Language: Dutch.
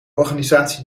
organisatie